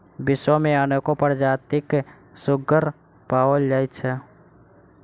विश्व मे अनेको प्रजातिक सुग्गर पाओल जाइत छै